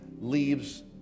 leaves